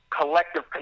collective